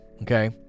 okay